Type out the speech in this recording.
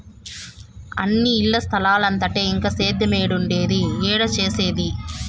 అన్నీ ఇల్ల స్తలాలైతంటే ఇంక సేద్యేమేడుండేది, ఏడ సేసేది